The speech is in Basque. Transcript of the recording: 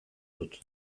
dut